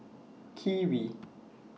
Kiwi